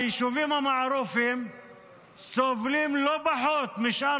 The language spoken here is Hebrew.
היישובים המערופיים סובלים לא פחות משאר